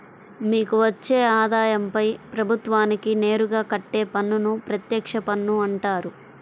మీకు వచ్చే ఆదాయంపై ప్రభుత్వానికి నేరుగా కట్టే పన్నును ప్రత్యక్ష పన్ను అంటారు